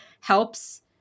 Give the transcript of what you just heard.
helps